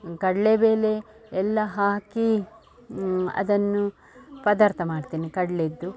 ಕಡ್ಲೆಬೇಳೆ ಎಲ್ಲ ಹಾಕಿ ಅದನ್ನು ಪದಾರ್ಥ ಮಾಡ್ತೇನೆ ಕಡ್ಲೆಯದ್ದು